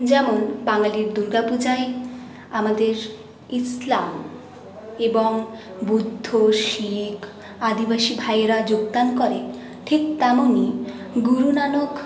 যেমন বাঙালির দুর্গাপূজায় আমাদের ইসলাম এবং বুদ্ধ শিখ আদিবাসী ভাইয়েরা যোগদান করে ঠিক তেমনই গুরু নানক